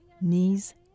knees